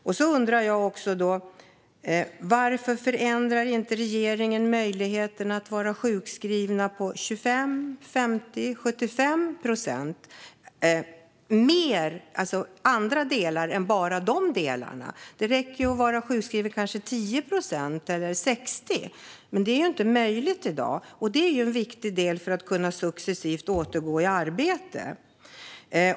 Jag undrar också: Varför förändrar regeringen inte möjligheten att vara sjukskriven på 25, 50 och 75 procent till andra delar än bara de delarna? Det räcker kanske att vara sjukskriven 10 procent eller 60 procent. Men det är inte möjligt i dag. Det är en viktig del för att successivt kunna återgå i arbete.